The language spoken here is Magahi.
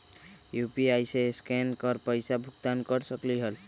यू.पी.आई से स्केन कर पईसा भुगतान कर सकलीहल?